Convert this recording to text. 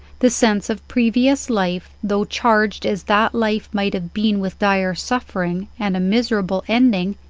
the sense of previous life, though charged as that life might have been with dire suffering and a miserable ending,